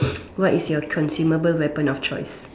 what is your consumable weapon of choice